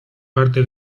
parte